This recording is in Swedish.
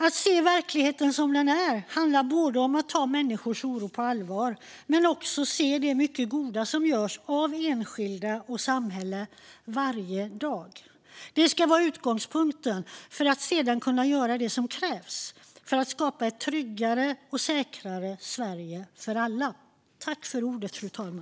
Att se verkligheten som den är handlar både om att ta människors oro på allvar och om att se det mycket goda som görs av enskilda och samhället varje dag. Detta ska vara utgångspunkten för att vi sedan ska kunna göra det som krävs för att skapa ett tryggare och säkrare Sverige för alla.